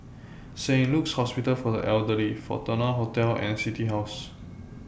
Saint Luke's Hospital For The Elderly Fortuna Hotel and City House